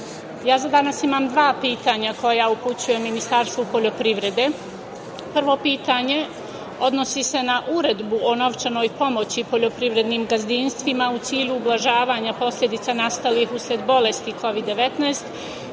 danas imam dva pitanja koja upućujem Ministarstvu poljoprivrede. Prvo pitanje odnosi se na Uredbu o novčanoj pomoći poljoprivrednim gazdinstvima u cilju ublažavanja posledica nastalih usled bolesti Kovid 19,